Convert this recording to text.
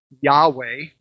Yahweh